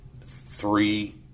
three